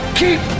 keep